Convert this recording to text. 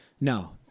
No